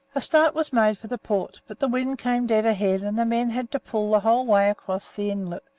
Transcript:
a start was made for the port, but the wind came dead ahead, and the men had to pull the whole way across the inlet,